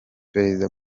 perezida